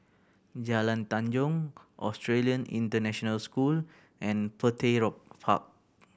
Jalan Tanjong Australian International School and Petir Park